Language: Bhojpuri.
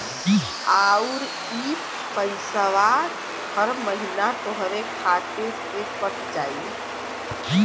आउर इ पइसवा हर महीना तोहरे खाते से कट जाई